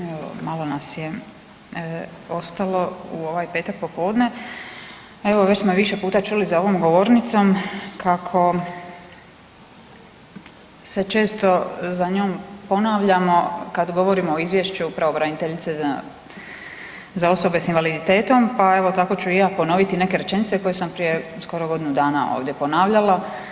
Evo malo nas je ostalo u ovaj petak popodne, a evo već smo više puta čuli za ovom govornicom kako se često za njom ponavljamo kad govorimo o izvješću pravobraniteljice za osobe s invaliditetom, pa evo tako ću i ja ponoviti neke rečenice koje sam prije skoro godinu dana ovdje ponavljala.